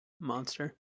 monster